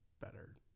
better